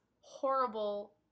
horrible